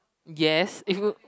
yes if you could